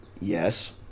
Yes